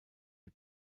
die